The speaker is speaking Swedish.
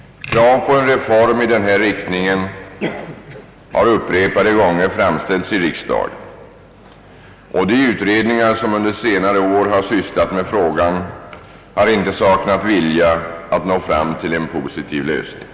Krav på en reform i denna riktning har upprepade gånger framställts i riksdagen, och de utredningar som under senare år har sysslat med frågan har inte saknat vilja att nå fram till en positiv lösning.